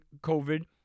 COVID